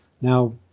Now